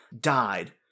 died